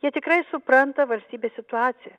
jie tikrai supranta valstybės situaciją